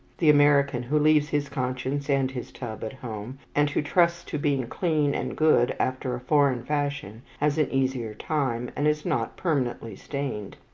the american who leaves his conscience and his tub at home, and who trusts to being clean and good after a foreign fashion, has an easier time, and is not permanently stained.